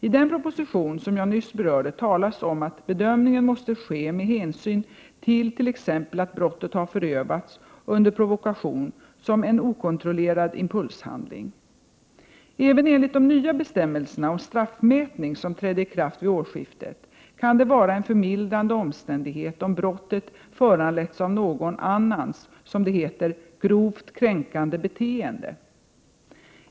I den proposition som jag nyss berörde talas om att bedömningen måste ske med hänsyn till t.ex. att brottet har förövats under provokation som en okontrollerad impulshandling. Även enligt de nya bestämmelserna om straffmätning, som trädde i kraft vid årsskiftet, kan det vara en förmildrande omständighet om brottet föranletts av någon annans, som det heter, grovt kränkande beteende.